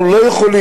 אנחנו לא יכולים,